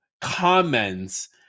comments